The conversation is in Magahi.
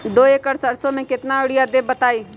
दो एकड़ सरसो म केतना यूरिया देब बताई?